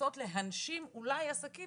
לנסות להנשים אולי עסקים